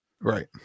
Right